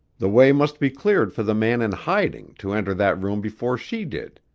the way must be cleared for the man in hiding to enter that room before she did.